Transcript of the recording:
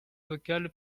vocale